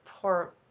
poor